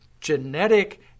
genetic